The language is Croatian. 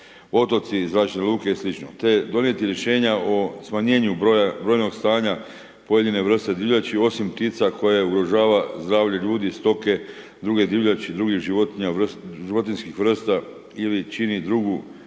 potoci, zračne luke i slično te donijeti rješenja o smanjenju broja brojnost stanja pojedine vrste divljači osim ptica koje ugrožavaju zdravlje ljudi, stoke, druge divljači, drugih životinjska vrsta ili čini drugu